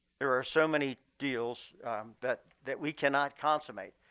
there are so many deals that that we can not consummate.